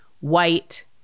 white